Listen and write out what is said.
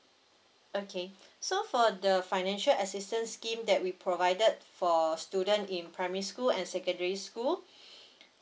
okay so for the financial assistance scheme that we provided for student in primary school and secondary school